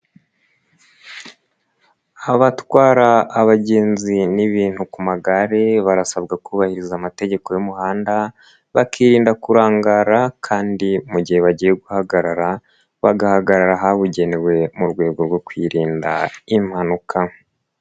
Abatwara abagenzi n'ibintu ku magare, barasabwa kubahiriza amategeko y'umuhanda, bakirinda kurangara kandi mu gihe bagiye guhagarara, bagahagarara ahabugenewe mu rwego rwo kwirinda impanuka.